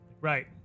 Right